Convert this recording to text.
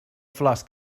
flors